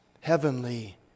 Heavenly